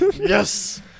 Yes